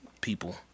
...people